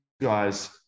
guys